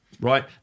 Right